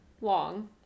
long